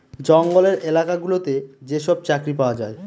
জঙ্গলের এলাকা গুলোতে যেসব চাকরি পাওয়া যায়